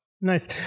Nice